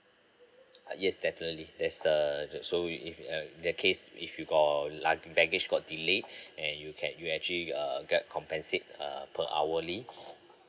yes definitely there's uh so if uh in that case if you got lug~ baggage got delayed and you can you actually err get compensate uh per hourly